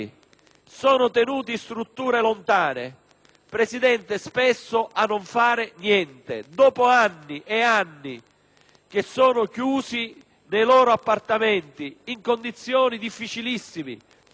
che sono chiusi nei loro appartamenti in condizioni difficilissime (devono cambiare generalità e vivono con il terrore), senza essere stati nel frattempo inseriti nel mercato del lavoro,